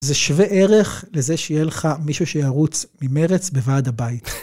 זה שווה ערך לזה שיהיה לך מישהו שירוץ ממרץ בוועד הבית.